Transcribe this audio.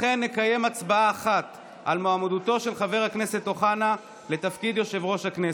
לכן נקיים הצבעה אחת על מועמדותו של חבר הכנסת לתפקיד יושב-ראש הכנסת.